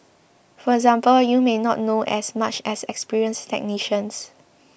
for example you may not know as much as experienced technicians